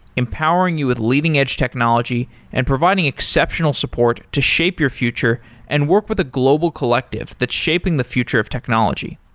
empowering you with leading edge technology and providing exceptional support to shape your future and work with a global collective that's shaping the future of technology.